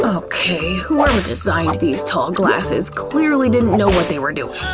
ah okay, whoever designed these tall glasses clearly didn't know what they were doing.